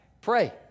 Pray